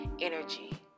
energy